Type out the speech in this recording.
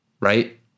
right